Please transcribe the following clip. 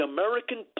American